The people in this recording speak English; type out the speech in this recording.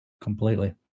Completely